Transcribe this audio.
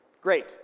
Great